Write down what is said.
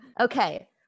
Okay